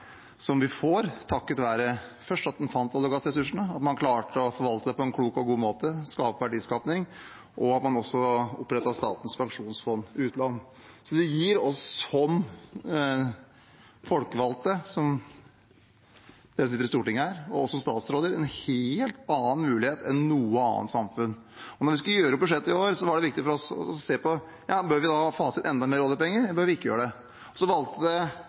som vi får takket være at man først fant olje- og gassressursene, at man klarte å forvalte dem på en klok og god måte og skape verdiskaping, og at man også opprettet Statens pensjonsfond utland. Det gir oss som folkevalgte, både dere som sitter i Stortinget og oss som statsråder, en helt annen mulighet enn noe annet samfunn. Da vi skulle gjøre opp budsjettet i år, var det viktig for oss å se på om vi burde fase inn enda mer oljepenger, eller om vi ikke burde gjøre det. Så valgte Senterpartiet, Arbeiderpartiet og SV å ikke gjøre det,